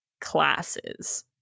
classes